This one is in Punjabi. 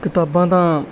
ਕਿਤਾਬਾਂ ਤਾਂ